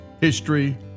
history